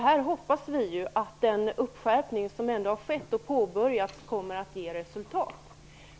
Vi hoppas att den skärpning som ändå skett kommer att ge resultat.